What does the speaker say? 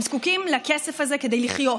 הם זקוקים לכסף הזה כדי לחיות,